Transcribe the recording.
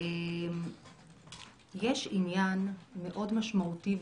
יש עניין משמעותי מאוד,